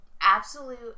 absolute